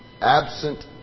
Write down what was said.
absent